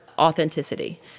authenticity